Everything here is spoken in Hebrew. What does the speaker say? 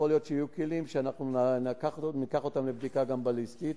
יכול להיות שיהיו כלים שניקח אותם גם לבדיקה בליסטית,